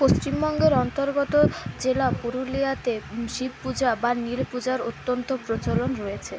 পশ্চিমবঙ্গের অন্তর্গত জেলা পুরুলিয়াতে শিব পূজা বা নীল পূজার অত্যন্ত প্রচলন রয়েছে